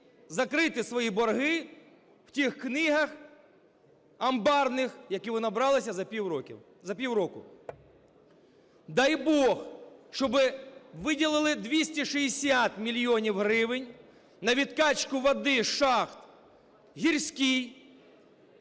закрити свої борги в тих книгах амбарних, які вони набралися за півроку. Дай Бог, щоб виділили 260 мільйонів гривень на відкачку води з шахти "Гірська",